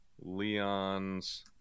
Leon's